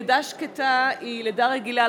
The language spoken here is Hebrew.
לידה שקטה היא לידה רגילה,